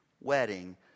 Wedding